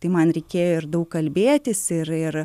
tai man reikėjo ir daug kalbėtis ir ir